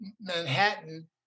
Manhattan